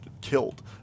killed